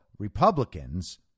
Republicans